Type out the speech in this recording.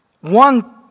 One